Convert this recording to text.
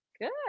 Good